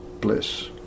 bliss